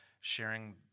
sharing